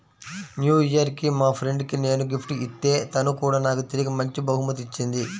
new year కి మా friend కి నేను గిఫ్ట్ ఇత్తే తను కూడా నాకు తిరిగి మంచి బహుమతి ఇచ్చింది